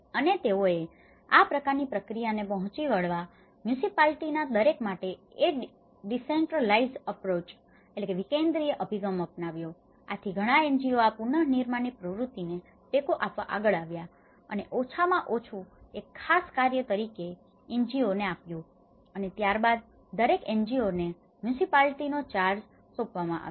અને તેઓએ આ પ્રકારની પ્રક્રિયાને પહોંચી વળવા માટે મ્યુન્સીપાલિટીના municipality નગરપાલિકા દરેક માટે a decentralised approach decentralized approach વિકેન્દ્રિય અભિગમ અપનાવ્યો આથી ઘણાં NGO આ પુનર્નિર્માણની પ્રવૃત્તિને ટેકો આપવા આગળ આવ્યા અને ઓછામાં ઓછું એક ખાસ કાર્ય દરેક NGOને આપ્યું અને ત્યારબાદ દરેક NGOને મ્યુન્સીપાલિટીનો municipality નગરપાલિકા ચાર્જ charge હવાલો સોંપવામાં આવ્યો